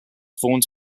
formed